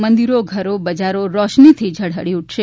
મંદિરો ઘરો બજારો રોશનીથી ઝળહળી ઉટશે